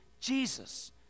Jesus